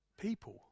people